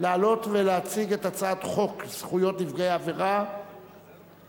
לעלות ולהציג את הצעת חוק זכויות נפגעי עבירה (תיקון,